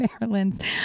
Maryland's